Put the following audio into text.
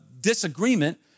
disagreement